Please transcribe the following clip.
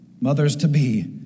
mothers-to-be